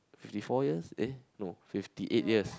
fifty four years aye no fifty eight years